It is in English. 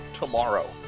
tomorrow